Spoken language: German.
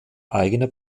eigene